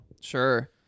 Sure